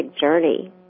journey